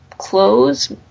Clothes